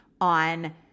on